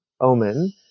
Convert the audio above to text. omen